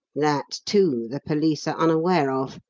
that, too, the police are unaware of.